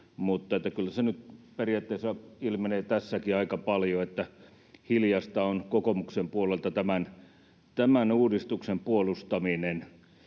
mutta kyllä se nyt periaatteessa ilmenee tässäkin aika paljon, että hiljaista on kokoomuksen puolelta tämän uudistuksen puolustaminen.